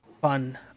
fun